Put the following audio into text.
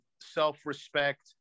self-respect